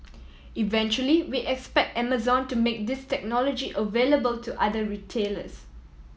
eventually we expect Amazon to make this technology available to other retailers